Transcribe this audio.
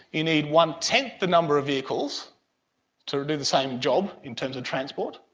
you need one tenth the number of vehicles to do the same job in terms of transport,